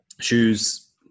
shoes